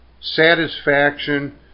satisfaction